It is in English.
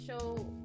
show